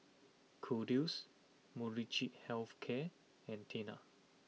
Kordel's Molnylcke Health Care and Tena